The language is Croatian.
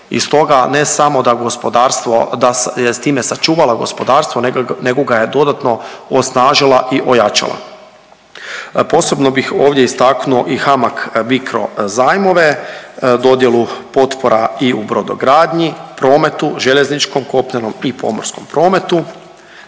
da gospodarstvo, da je s time sačuvala gospodarstvo nego ga je dodatno osnažila i ojačala. Posebno bih ovdje istaknuo i HAMAG-BICRO zajmove, dodjelu potpora i u brodogradnji, prometu, željezničkom, kopnenom i pomorskom prometu,